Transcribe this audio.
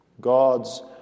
God's